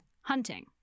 Hunting